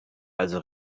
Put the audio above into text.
also